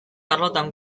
arlotan